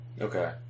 Okay